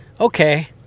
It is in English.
Okay